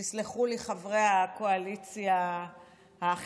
תסלחו לי, חברי הקואליציה האחרים,